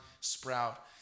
sprout